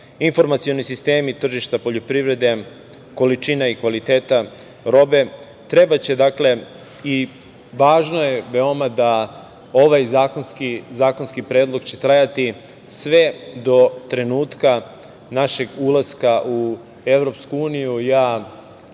informacioni sistemi tržišta poljoprivrede, količina i kvaliteta robe. Trebaće i veoma je važno da ovaj zakonski predlog će trajati sve do trenutka našeg ulaska u Evropsku uniju.